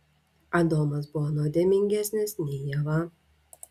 adomas buvo nuodėmingesnis nei ieva